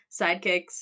sidekicks